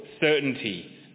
certainty